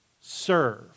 serve